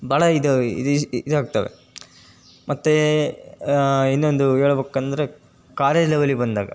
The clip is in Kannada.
ಭಾಳ ಇದು ಇದಾಗ್ತವೆ ಮತ್ತು ಇನ್ನೊಂದು ಹೇಳ್ಬೇಕ್ಕಂದ್ರೆ ಕಾಲೇಜ್ ಲೆವೆಲಿಗೆ ಬಂದಾಗ